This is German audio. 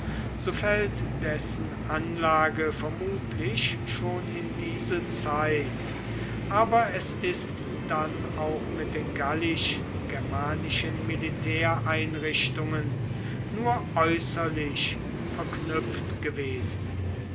so fällt dessen anlage vermutlich schon in diese zeit aber es ist dann auch mit den gallisch germanischen militäreinrichtungen nur äußerlich verknüpft gewesen